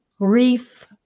grief